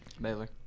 Baylor